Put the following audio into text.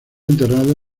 enterrado